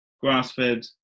grass-fed